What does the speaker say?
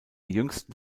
jüngsten